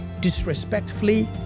disrespectfully